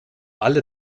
alle